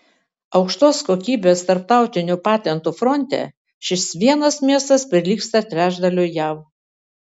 aukštos kokybės tarptautinių patentų fronte šis vienas miestas prilygsta trečdaliui jav